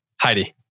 Heidi